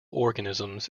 organisms